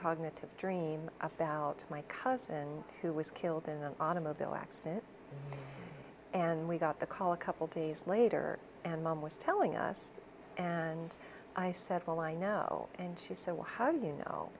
cognitive dream about my cousin who was killed in an automobile accident and we got the call a couple days later and mom was telling us and i said well i know and she's so how do you know